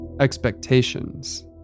expectations